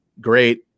great